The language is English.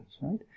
right